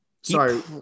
Sorry